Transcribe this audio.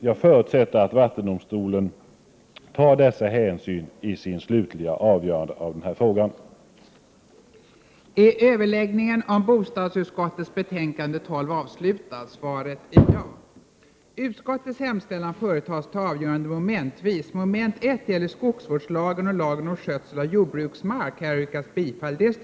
Jag förutsätter att vattendomstolen tar dessa hänsyn vid sitt slutliga avgörande av den här frågan. Kammaren övergick till att fatta beslut i ärendet.